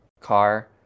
car